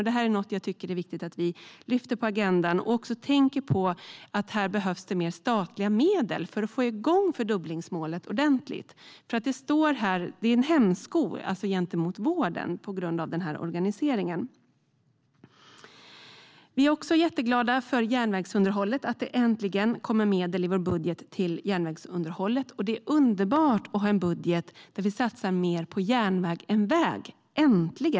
Det är viktigt att vi lyfter upp det på agendan och också tänker på att det behövs mer statliga medel för att få igång arbetet med fördubblingsmålet ordentligt. På grund av organiseringen är vården en hämsko. Vi är också jätteglada att det äntligen kommer medel i vår budget till järnvägsunderhållet. Det är underbart att ha en budget där vi satsar mer på järnväg än väg.